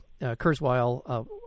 Kurzweil